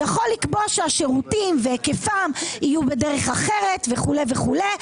יכול לקבוע שהשירותים והיקפם יהיו בדרך אחרת וכו' וכו'.